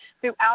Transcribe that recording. throughout